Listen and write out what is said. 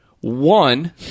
one